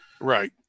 Right